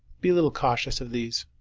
be a little cautious of these.